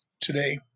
today